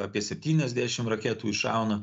apie septyniasdešim raketų iššauna